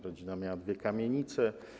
Rodzina miała dwie kamienice.